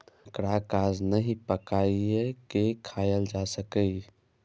एकरा कांच नहि, पकाइये के खायल जा सकैए